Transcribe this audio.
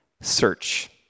Search